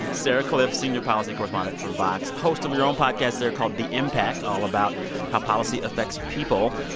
sarah kliff, senior policy correspondent for vox host of your own podcast there called the impact all about how policy affects people.